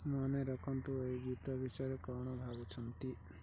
ମନେ ରଖନ୍ତୁ ଏହି ଗୀତ ବିଷୟରେ କଣ ଭାବୁଛନ୍ତି